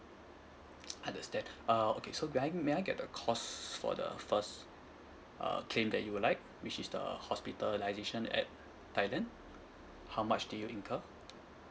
understand uh okay so may I may I get the cost for the first uh claim that you would like which is the hospitalisation at thailand how much did you incur